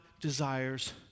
desires